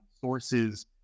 sources